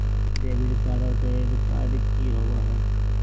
Debit card और credit card की होवे हय?